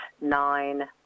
nine